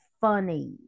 funny